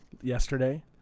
Yesterday